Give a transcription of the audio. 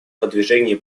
продвижении